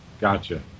gotcha